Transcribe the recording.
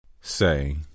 Say